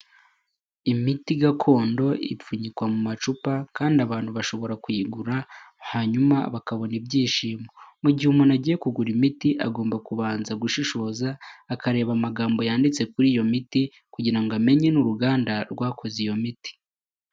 Imiti gakondo ipfunyikwa mu macupa kandi abantu bashobora kuyigura, hanyuma bakabona ibyishimo. Mu gihe umuntu agiye kugura imiti, agomba kubanza gushishoza akareba amagambo yanditse kuri iyo miti kugira ngo amenye n'uruganda rwakoze iyo miti.